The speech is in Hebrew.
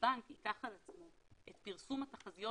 הבנק ייקח על עצמו את פרסום התחזיות